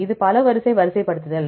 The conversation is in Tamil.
இது பல வரிசை வரிசைப்படுத்தல்